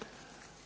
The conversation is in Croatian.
Hvala.